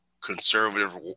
conservative